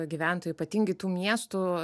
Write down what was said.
gyventojai ypatingai tų miestų